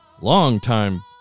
longtime